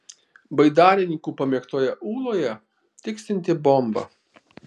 baidarininkų pamėgtoje ūloje tiksinti bomba